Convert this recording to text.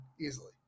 easily